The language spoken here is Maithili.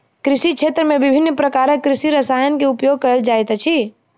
कृषि क्षेत्र में विभिन्न प्रकारक कृषि रसायन के उपयोग कयल जाइत अछि